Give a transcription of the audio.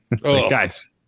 Guys